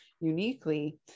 uniquely